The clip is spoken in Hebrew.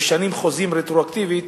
משנים חוזים רטרואקטיבית.